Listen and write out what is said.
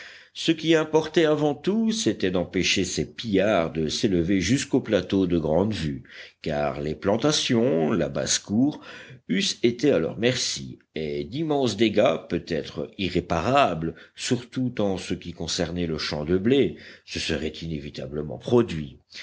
ce qui importait avant tout c'était d'empêcher ces pillards de s'élever jusqu'au plateau de grande vue car les plantations la basse-cour eussent été à leur merci et d'immenses dégâts peutêtre irréparables surtout en ce qui concernait le champ de blé se seraient inévitablement produits